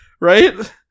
right